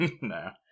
no